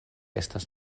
estas